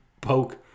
poke